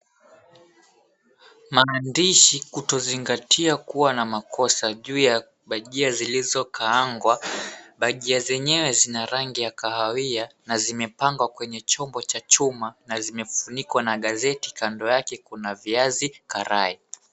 Maandishi kutozingatia kuwa na makosa juu ya bajia zilizokaangwa. Bajia zenyewe zina rangi ya kahawia na zimepangwa kwenye chombo cha chuma na zimefunikwa na gazeti kando yake kuna viazi karai.